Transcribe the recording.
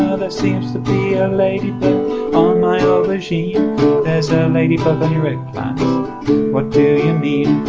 there seems to be a ladybird on my aubergine. there's a ladybug on your eggplant what do you mean?